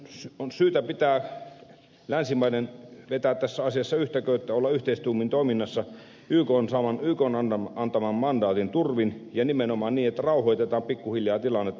länsimaiden on syytä vetää tässä asiassa yhtä köyttä olla yhteistuumin toiminnassa ykn antaman mandaatin turvin ja nimenomaan niin että rauhoitetaan pikkuhiljaa tilannetta